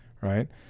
right